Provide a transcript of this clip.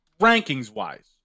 rankings-wise